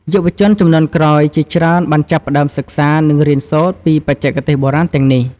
យុវជនជំនាន់ក្រោយជាច្រើនបានចាប់ផ្តើមសិក្សា និងរៀនសូត្រពីបច្ចេកទេសបុរាណទាំងនេះ។